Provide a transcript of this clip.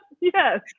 Yes